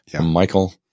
Michael